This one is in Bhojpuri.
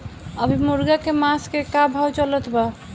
अभी मुर्गा के मांस के का भाव चलत बा?